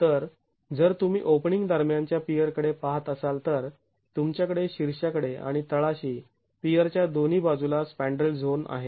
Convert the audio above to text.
तर जर तुम्ही ओपनिंग दरम्यानच्या पियर कडे पाहत असाल तर तुमच्याकडे शीर्षाकडे आणि तळाशी पियरच्या दोन्ही बाजूला स्पॅण्ड्रेल झोन आहे